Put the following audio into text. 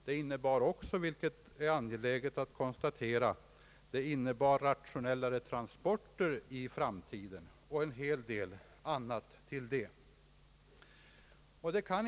Det innebar också, vilket är angeläget att konstatera, rationellare transporter i framtiden och en hel del annat därtill.